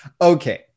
Okay